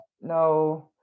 No